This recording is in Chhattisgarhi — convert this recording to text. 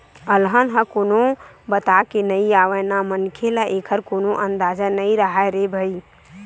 अलहन ह कोनो बताके नइ आवय न मनखे ल एखर कोनो अंदाजा नइ राहय रे भई